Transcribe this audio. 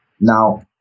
Now